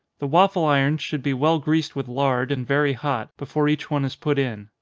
the waffle-irons should be well greased with lard, and very hot, before each one is put in.